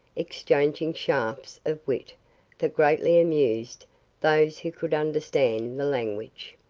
exchanging shafts of wit that greatly amused those who could understand the language.